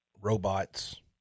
robots